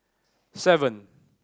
seven